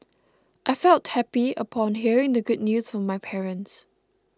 I felt happy upon hearing the good news from my parents